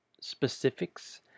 specifics